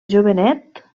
jovenet